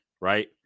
Right